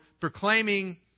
proclaiming